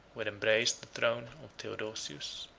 who had embraced the throne of theodosius.